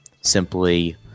simply